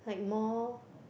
like more